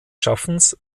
schaffens